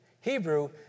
Hebrew